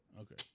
okay